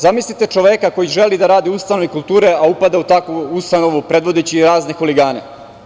Zamislite čoveka koji želi da radi u ustanovi kulture, a upada u takvu ustanovu, predvodeći razne huligane.